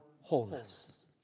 wholeness